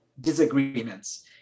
disagreements